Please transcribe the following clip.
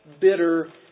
bitter